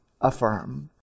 affirm